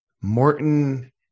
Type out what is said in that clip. Morton